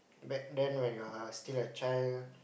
back then when you're still a child